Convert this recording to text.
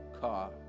car